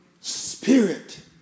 spirit